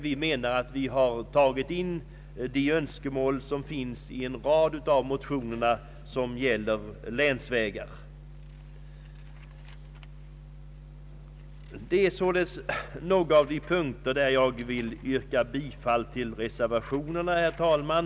Vi menar att vi därmed tagit upp de önskemål som Detta är några av de punkter där jag vill yrka bifall till reservationerna, herr talman.